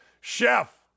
chef